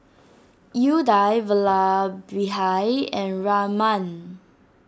Udai Vallabhbhai and Raman